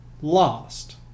Lost